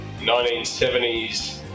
1970s